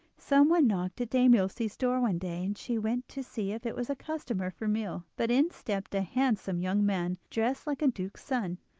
someone knocked at dame ilse's door one day, and she went to see if it was a customer for meal but in stepped a handsome young man, dressed like a duke's son,